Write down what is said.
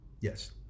yes